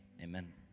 amen